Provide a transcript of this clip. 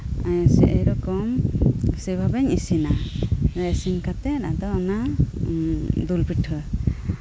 ᱥᱮᱭ ᱨᱚᱠᱚᱢ ᱥᱮᱵᱷᱟᱵᱮᱧ ᱤᱥᱤᱱᱟ ᱠᱟᱛᱮᱫ ᱟᱫᱚ ᱚᱱᱟ ᱫᱩᱞ ᱯᱤᱴᱷᱟᱹ